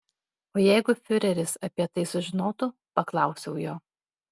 o jeigu fiureris apie tai sužinotų paklausiau jo